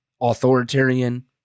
authoritarian